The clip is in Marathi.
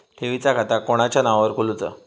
ठेवीचा खाता कोणाच्या नावार खोलूचा?